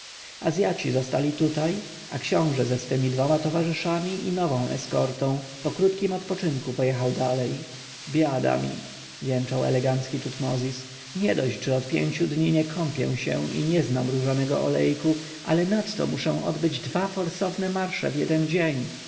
azjaci zostali tutaj a książę ze swymi dwoma towarzyszami i nową eskortą po krótkim odpoczynku pojechał dalej biada mi jęczał elegancki tutmozis niedość że od pięciu dni nie kąpię się i nie znam różanego olejku ale nadto muszę odbyć dwa forsowne marsze w jeden dzień